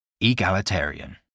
Egalitarian